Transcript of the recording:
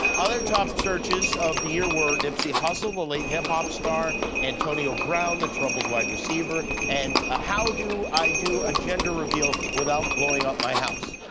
other top searches of the year were nipsey hussle, the late hip-hop star, antonio brown, the troubled wide receiver, and ah how do i do a gender reveal without blowing up my house.